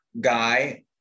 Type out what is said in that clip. guy